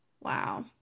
Wow